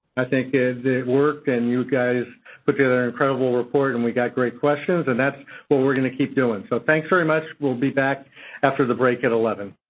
i think it worked. and you guys put together an incredible report, and we got great questions, and that's what we're going to keep doing. so, thanks very much. we'll be back after the break at eleven